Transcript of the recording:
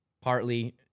partly